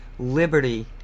liberty